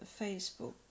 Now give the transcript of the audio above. Facebook